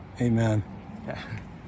Amen